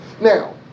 Now